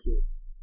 kids